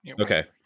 Okay